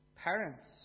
parents